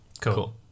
cool